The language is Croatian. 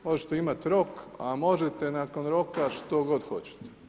Možete imat rok, a možete nakon roka što god hoćete.